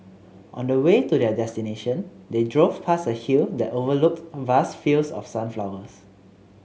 on the way to their destination they drove past a hill that overlooked vast fields of sunflowers